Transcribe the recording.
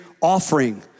offering